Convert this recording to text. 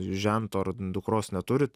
žento ar dukros neturit